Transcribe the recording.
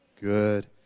Good